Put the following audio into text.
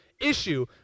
issue